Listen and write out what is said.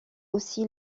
aussi